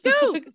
go